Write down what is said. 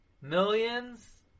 Millions